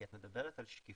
כי את מדברת על שקיפות,